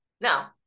now